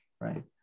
right